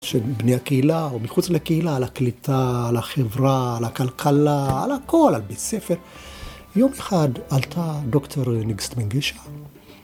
שבני הקהילה, או מחוץ לקהילה, על הקליטה, על החברה, על הכלכלה, על הכל, על בית ספר יום אחד עלתה דוקטור ניגסט מנגישה